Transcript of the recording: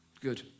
Good